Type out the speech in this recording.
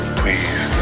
please